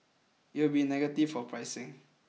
it would be negative for pricing